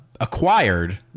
acquired